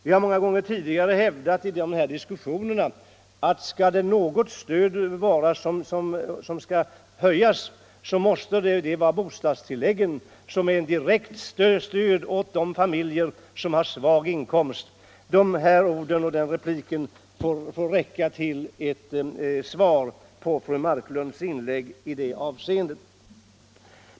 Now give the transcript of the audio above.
Vi har många gånger tidigare i dessa diskussioner hävdat att bostadstilläggen skall höjas, om nu något bidrag skall ökas. Bostadstilläggen utgör ju ett direkt stöd till de familjer som har svag inkomst. Denna replik får väl räcka såsom ett svar till fru Marklund.